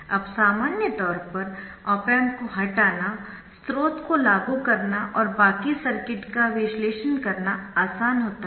अब सामान्य तौर पर ऑप एम्प को हटाना स्रोत को लागू करना और बाकी सर्किट का विश्लेषण करना आसान होता है